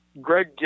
Greg